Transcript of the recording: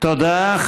תודה.